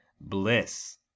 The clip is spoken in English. Bliss